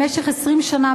במשך 20 שנה,